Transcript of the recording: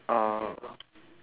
uh